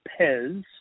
pez